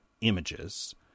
images